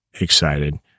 excited